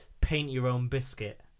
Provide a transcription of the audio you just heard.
paint-your-own-biscuit